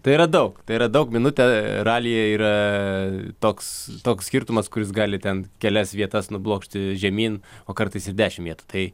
tai yra daug tai yra daug minutė ralyje yra toks toks skirtumas kuris gali ten kelias vietas nublokšti žemyn o kartais ir dešimt vietų tai